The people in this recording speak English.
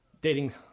dating